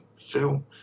film